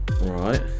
Right